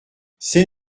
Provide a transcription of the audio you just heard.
c’est